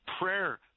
prayer